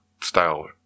style